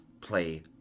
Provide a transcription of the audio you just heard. play